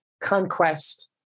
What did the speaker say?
conquest